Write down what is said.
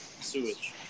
Sewage